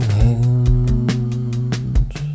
hands